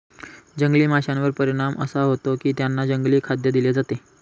जंगली माशांवर परिणाम असा होतो की त्यांना जंगली खाद्य दिले जाते